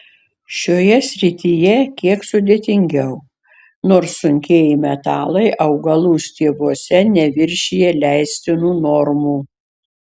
šioje srityje kiek sudėtingiau nors sunkieji metalai augalų stiebuose neviršija leistinų normų